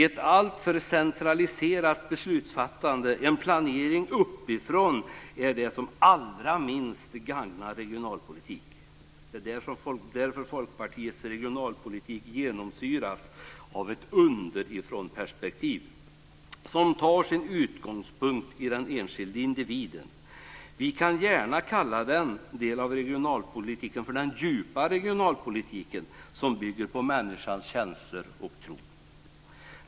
Ett alltför centraliserat beslutsfattande och en planering uppifrån är det som allra minst gagnar regionalpolitiken. Det är därför som Folkpartiets regionalpolitik genomsyras av ett underifrånperspektiv som tar sin utgångspunkt i den enskilda individen. Vi kan gärna kalla denna del av regionalpolitiken för den djupa regionalpolitiken som bygger på människors känslor och tro.